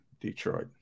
Detroit